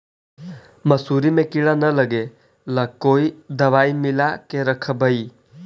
मसुरी मे किड़ा न लगे ल कोन दवाई मिला के रखबई?